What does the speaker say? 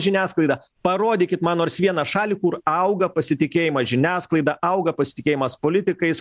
žiniasklaida parodykit man nors vieną šalį kur auga pasitikėjimas žiniasklaida auga pasitikėjimas politikais